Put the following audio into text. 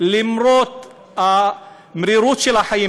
למרות המרירות של החיים,